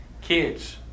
kids